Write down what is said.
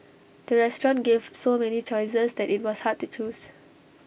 the restaurant gave so many choices that IT was hard to choose